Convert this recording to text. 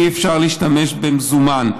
אי-אפשר להשתמש במזומן.